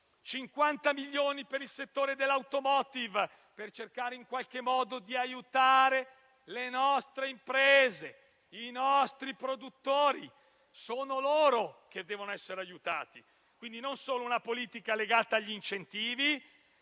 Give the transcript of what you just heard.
50 milioni per il settore dell'*automotive* per cercare di aiutare le nostre imprese e i nostri produttori. Sono loro che devono essere aiutati; non serve solo una politica legata agli incentivi